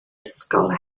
ysgol